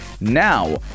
Now